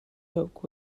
yoke